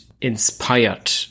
inspired